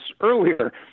earlier